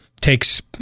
takes